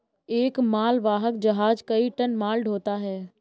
एक मालवाहक जहाज कई टन माल ढ़ोता है